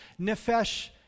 nefesh